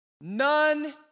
none